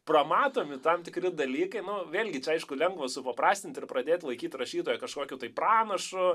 pramatomi tam tikri dalykai nu vėlgi čia aišku lengva supaprastint ir pradėt laikyt rašytoją kažkokiu tai pranašu